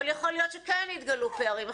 אבל יכול להיות שכן יתגלו פערים.